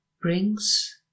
brings